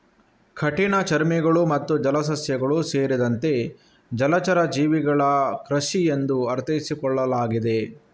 ಕಠಿಣಚರ್ಮಿಗಳು ಮತ್ತು ಜಲಸಸ್ಯಗಳು ಸೇರಿದಂತೆ ಜಲಚರ ಜೀವಿಗಳ ಕೃಷಿ ಎಂದು ಅರ್ಥೈಸಿಕೊಳ್ಳಲಾಗಿದೆ